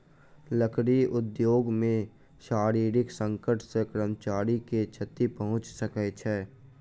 लकड़ी उद्योग मे शारीरिक संकट सॅ कर्मचारी के क्षति पहुंच सकै छै